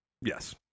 Yes